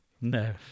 No